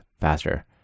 faster